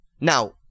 Now